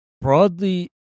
broadly